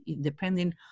depending